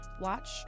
Watch